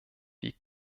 wie